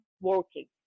working